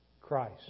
Christ